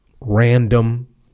random